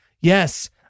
Yes